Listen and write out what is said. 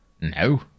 no